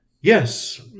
Yes